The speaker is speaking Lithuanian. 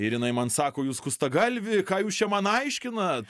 ir jinai man sako jūs skustagalvi ką jūs čia man aiškinat